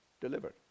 delivered